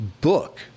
book